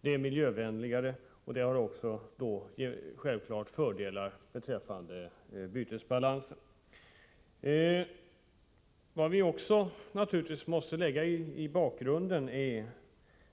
Vidare är motoralkoholerna miljövänligare än andra drivmedel, och användningen av motoralkoholer innebär fördelar för bytesbalansen. Vad som naturligtvis också utgör en viktig bakgrund i detta sammanhang är